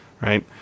right